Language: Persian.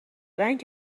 رنگ